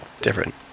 different